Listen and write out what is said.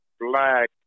black